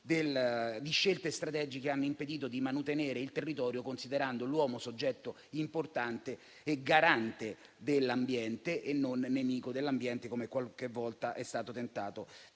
di scelte strategiche che hanno impedito di manutenere il territorio, considerando l'uomo soggetto importante e garante - non nemico -dell'ambiente, come qualche volta è stato tentato